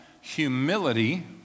humility